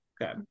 Okay